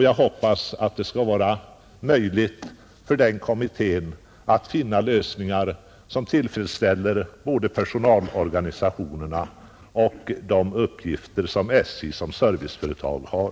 Jag hoppas att det skall bli möjligt för denna kommitté att finna lösningar som både tillfredställer personalorganisationerna och tillgodoser de uppgifter som SJ såsom serviceföretag har.